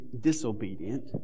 disobedient